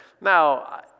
Now